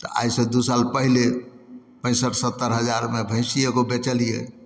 तऽ आइसँ दू साल पहिले पैंसठ सत्तरि हजारमे भैंसी एगो बेचलियै